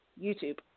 YouTube